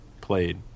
played